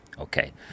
Okay